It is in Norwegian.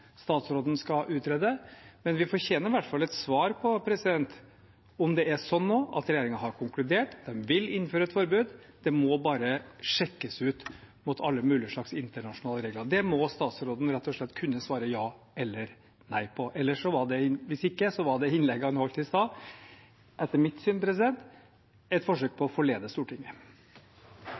statsråden skal utrede, men vi fortjener i hvert fall et svar på om det er sånn at regjeringen nå har konkludert med at de vil innføre et forbud – det må bare sjekkes ut mot alle mulige internasjonale regler. Det må statsråden rett og slett kunne svare ja eller nei på. Hvis ikke var det innlegget han holdt i sted, etter mitt syn et forsøk på å forlede Stortinget.